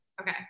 okay